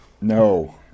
No